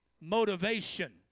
motivation